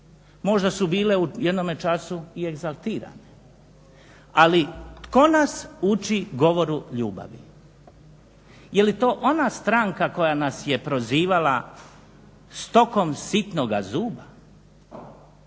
Možda su bile u jednome času i egzaltirane. Ali tko nas uči govoru ljubavi. Je li to ona stranka koja nas je prozivala stokom sitnoga zuba?